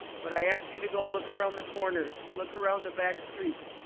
but i ask you to go look around the corners. look around the back streets.